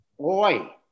Oi